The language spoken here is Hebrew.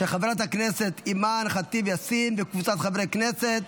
של חברת הכנסת אימאן ח'טיב יאסין וקבוצת חברי הכנסת.